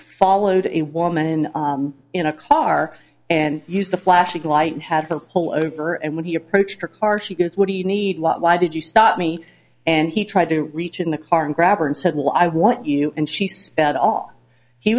followed a woman in a car and used a flashing light and had to pull over and when he approached her car she goes what do you need why did you stop me and he tried to reach in the car and grab her and said well i want you and she sped off he